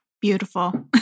Beautiful